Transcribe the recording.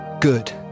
good